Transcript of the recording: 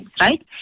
right